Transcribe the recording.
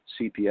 CPS